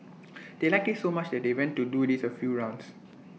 they liked IT so much that they went to do this A few rounds